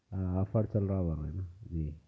ہاں آفر چل رہا ہوگا ہے نا جی